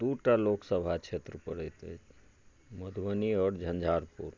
दू टा लोकसभा क्षेत्र पड़ैत अछि मधुबनी आओर झंझारपुर